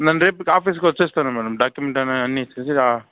నేను రేపు ఆఫీసుకి వచ్చేస్తాను మేడం డాక్యుమెంట్ ఏమైనా అన్ని ఇచ్చి ఆ